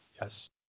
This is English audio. Yes